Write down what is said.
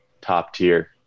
top-tier